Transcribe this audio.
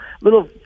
little